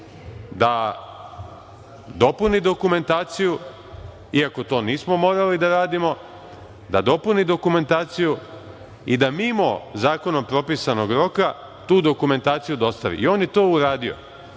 da dopuni dokumentaciju, iako to nismo morali da radimo, da dopuni dokumentaciju i da mimo zakonom propisanog roka tu dokumentaciju dostavi. On je to uradio.